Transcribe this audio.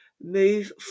move